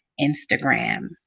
instagram